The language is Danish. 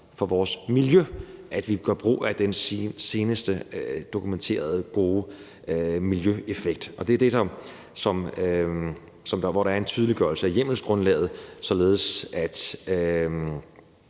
for vores miljø, at vi gør brug af den seneste teknologi, der har en dokumenteret god miljøeffekt. Det er her, der er en tydeliggørelse af hjemmelsgrundlaget, således at